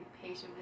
patient